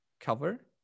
cover